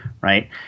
right